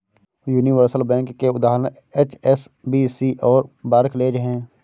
universal bank के उदाहरण HSBC और बार्कलेज हैं